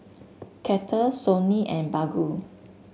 Kettle Sony and Baggu